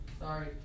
Sorry